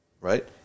right